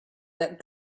that